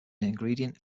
ingredient